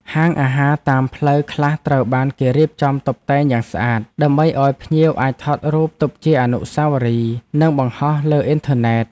ហាងអាហារតាមផ្លូវខ្លះត្រូវបានគេរៀបចំតុបតែងយ៉ាងស្អាត ដើម្បីឱ្យភ្ញៀវអាចថតរូបទុកជាអនុស្សាវរីយ៍និងបង្ហោះលើអ៊ីនធឺណិត។